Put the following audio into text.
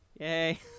Yay